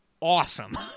awesome